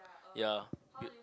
ya